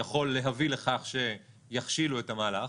יכולים להביא לכך שיכשילו את המהלך.